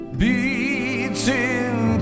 Beating